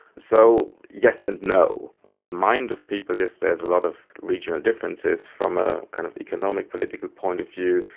so, yes and no. in the mind of people, yes, there is a lot of regional differences. from an ah kind of economic, political point of view,